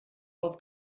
aus